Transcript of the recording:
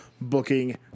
booking